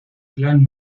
clan